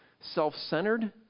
self-centered